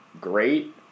great